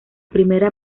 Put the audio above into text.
primera